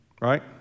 right